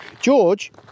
George